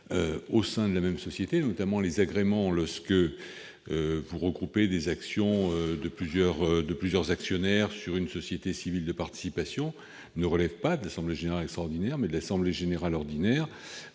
au sein de la même société, notamment les agréments en cas de regroupement des actions de plusieurs actionnaires dans une société civile en participation, relève non pas de l'assemblée générale extraordinaire, mais de l'assemblée générale ordinaire.